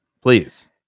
please